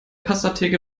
pastatheke